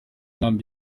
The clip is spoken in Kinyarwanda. nkambi